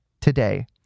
today